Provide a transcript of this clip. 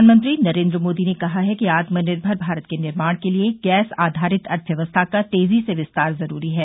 प्रधानमंत्री नरेन्द्र मोदी ने कहा है कि आत्मनिर्मर भारत के निर्माण के लिए गैस आधारित अर्थव्यवस्था का तेजी से विस्तार जरूरी है